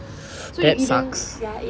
that sucks